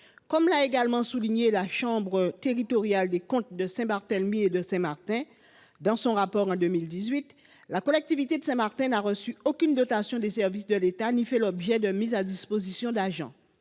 Comme l’a souligné la chambre territoriale des COM de Saint Barthélemy et de Saint Martin, dans un rapport de 2018, la collectivité de Saint Martin n’a reçu aucune dotation des services de l’État ni fait l’objet de mises à disposition d’agents.